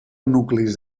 nuclis